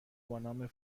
بانام